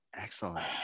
Excellent